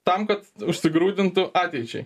tam kad užsigrūdintų ateičiai